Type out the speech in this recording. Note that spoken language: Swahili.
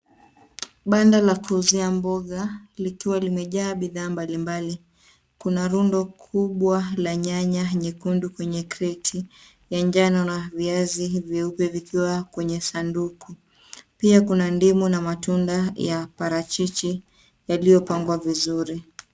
Banda la kuuzia mboga likiwa limejaa bidhaa mbalimbali . Kuna rundo kubwa la nyanya nyekundu kwenye kreti, ya njano na viazi vyeupe vikiwa kwenye sanduku. Pia kuna ndimu na matunda ya parachichi yaliyopangwa vizuri.